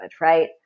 right